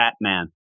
Batman